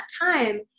time